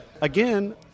Again